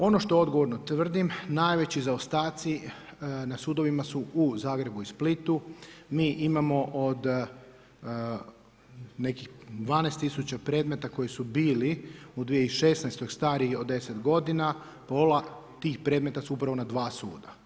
Ono što odgovorno tvrdim najveći zaostaci na sudovima su u Zagrebu i Splitu, mi imamo od nekih 12 tisuća predmeta koji su bili u 2016. stariji od 10 godina pola tih predmeta su upravo na dva suda.